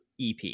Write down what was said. ep